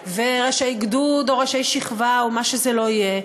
וראשי גדוד או ראשי שכבה או מה שזה לא יהיה,